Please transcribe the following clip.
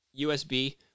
usb